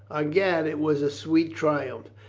i'gad, it was a sweet triumph.